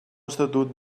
estatut